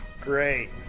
great